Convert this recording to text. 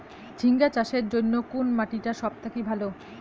ঝিঙ্গা চাষের জইন্যে কুন মাটি টা সব থাকি ভালো?